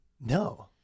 No